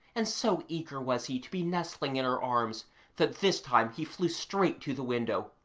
and so eager was he to be nestling in her arms that this time he flew straight to the window,